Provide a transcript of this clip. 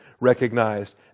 recognized